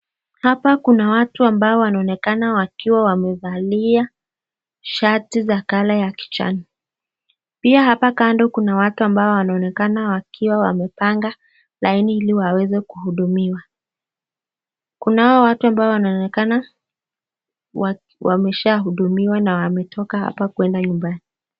Hapa kuna watu ambao wanaonekana wakiwa wamevalia shati za color ya kijani. Pia hapa kando kuna watu ambao wanaonekana wakiwa wamepanga laini ili waweze kuhudumiwa. Kunao watu ambao wanaonekana wameshahudumiwa na wametoka hapa kueda nyumbani.